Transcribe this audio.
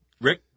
Rick